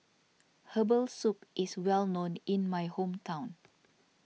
Herbal Soup is well known in my hometown